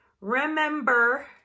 remember